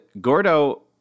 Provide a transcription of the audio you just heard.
gordo